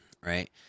right